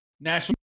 national